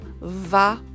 va